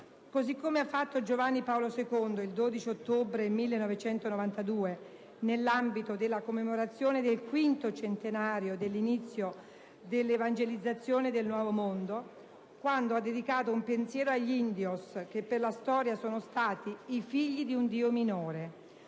Così come ha fatto Giovanni Paolo II il 12 ottobre 1992, nell'ambito della commemorazione del V Centenario dell'inizio dell'evangelizzazione del Nuovo Mondo, quando ha dedicato un pensiero agli *indios*, che per la storia sono stati i «figli di un Dio minore»,